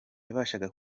yabashaga